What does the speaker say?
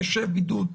אשב בבידוד,